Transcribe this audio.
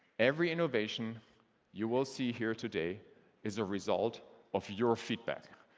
every innovation you will see here today is a result of your feedback.